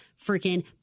freaking